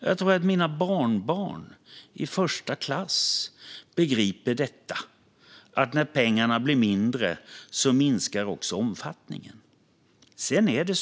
Jag tror att mina barnbarn som går i första klass begriper detta: När pengarna blir mindre minskar också omfattningen. Herr talman!